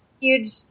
Huge